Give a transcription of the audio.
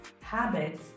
habits